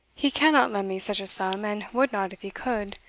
he cannot lend me such a sum, and would not if he could,